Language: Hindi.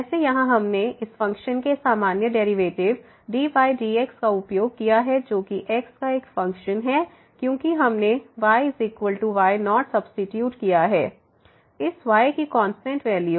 जैसे यहाँ हमने इस फ़ंक्शन के सामान्य डेरिवेटिव ddx का उपयोग किया है जो कि x का एक फ़ंक्शन है क्योंकि हमने yy0 सब्सीट्यूट किया है इस y की कांस्टेंट वैल्यू